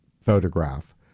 photograph